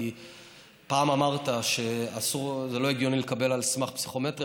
כי פעם אמרת שזה לא הגיוני לקבל על סמך פסיכומטרי,